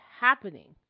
happening